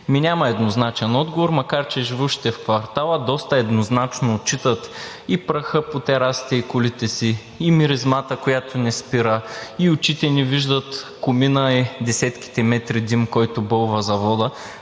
Ми няма еднозначен отговор, макар че живущите в квартала доста еднозначно отчитат и праха по терасите и колите си, и миризмата, която не спира, и очите им виждат комина и десетките метри дим, който бълва заводът,